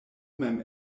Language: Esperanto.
mem